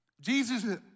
Jesus